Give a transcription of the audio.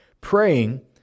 Praying